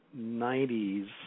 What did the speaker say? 90s